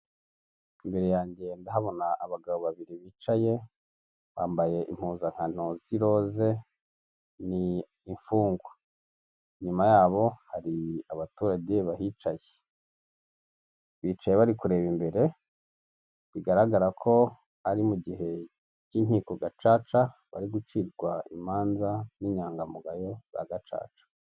Imbere yanjye ndahabona abagabo babiri bicaye bambaye impuzankano z'i roze ni imfungwa, inyuma ya hari abaturage bahicaye bicaye bari kureba imbere bigaragara ko ari mu gihe cy'inkiko gacaca bari gucirwa imanza n' inyangamugayo za gacaca.